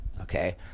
Okay